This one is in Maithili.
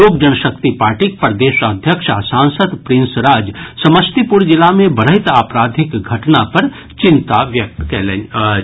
लोक जनशक्ति पार्टीक प्रदेश अध्यक्ष आ सांसद प्रिंस राज समस्तीपुर जिला मे बढ़ैत आपराधिक घटना पर चिंता व्यक्त कयलनि अछि